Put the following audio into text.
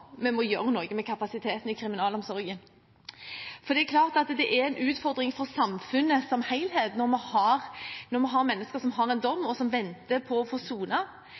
vi må gjøre noe med kapasiteten i kriminalomsorgen, for det er klart at det er en utfordring for samfunnet som helhet når vi har mennesker som har en dom, og som venter på å få